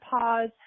pause